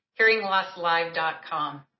hearinglosslive.com